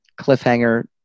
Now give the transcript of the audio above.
cliffhanger